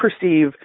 perceive